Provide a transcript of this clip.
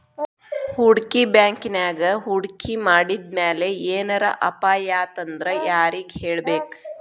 ಹೂಡ್ಕಿ ಬ್ಯಾಂಕಿನ್ಯಾಗ್ ಹೂಡ್ಕಿ ಮಾಡಿದ್ಮ್ಯಾಲೆ ಏನರ ಅಪಾಯಾತಂದ್ರ ಯಾರಿಗ್ ಹೇಳ್ಬೇಕ್?